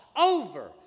over